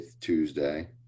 Tuesday